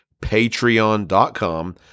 Patreon.com